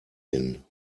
hin